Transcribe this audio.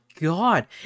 god